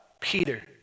Peter